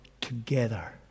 together